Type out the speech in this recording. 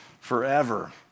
forever